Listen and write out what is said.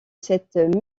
cette